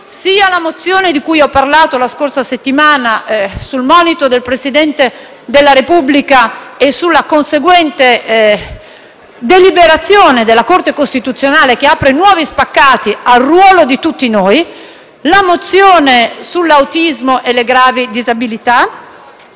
alla mozione di cui ho parlato la scorsa settimana sul monito del Presidente della Repubblica e sulla conseguente deliberazione della Corte costituzionale, che apre nuovi spaccati sul ruolo di tutti noi; alla mozione sull'autismo e sulle gravi disabilità;